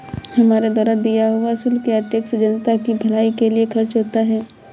हमारे द्वारा दिया हुआ शुल्क या टैक्स जनता की भलाई के लिए खर्च होता है